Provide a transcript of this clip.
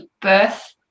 birth